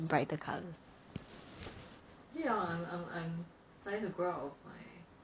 brighter colours